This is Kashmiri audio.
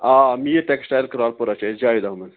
آ میٖر ٹٮ۪کٕسٹایِل کرالہٕ پوٗرہ چھِ أسۍ جاوید احمد